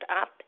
up